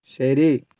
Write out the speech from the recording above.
ശരി